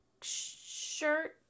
shirt